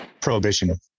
Prohibition